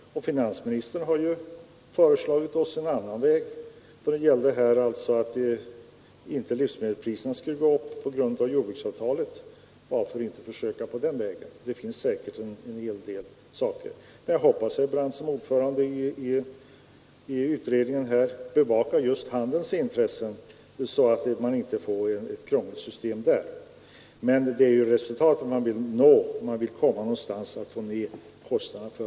Finansministern har föreslagit oss en annan väg när det gällde att hindra livsmedelspriserna att gå upp på grund av jordbruksavtalet. Varför inte pröva den vägen? Det finns säkert en hel del saker att göra. Jag hoppas att herr Brandt såsom ordförande i utredningen bevakar just handelns intressen och ser till att man inte får ett krångligt system” där. Men det är ju resultat man vill nå, så att man får ner kostnaderna för